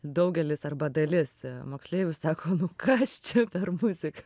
daugelis arba dalis moksleivių sako nu kas čia per muzika